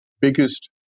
biggest